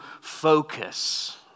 focus